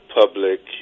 public